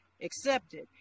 accepted